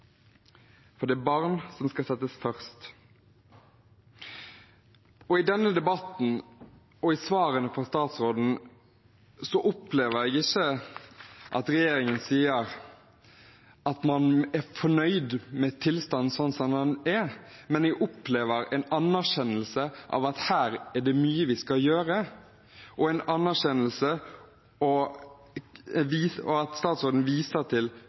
for det er barnet som skal settes først. I denne debatten og i svarene fra statsråden opplever jeg ikke at regjeringen sier at man er fornøyd med tilstanden slik som den er, men jeg opplever en anerkjennelse av at her er det mye å gjøre, og